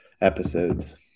episodes